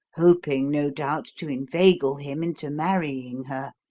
hoping, no doubt, to inveigle him into marrying her.